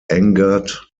angered